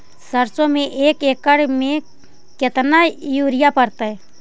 सरसों में एक एकड़ मे केतना युरिया पड़तै?